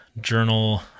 journal